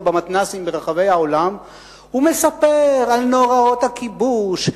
במתנ"סים ברחבי העולם ומספר על נוראות הכיבוש,